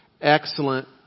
excellent